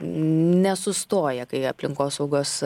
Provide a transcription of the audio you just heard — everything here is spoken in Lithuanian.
nesustoja kai aplinkosaugos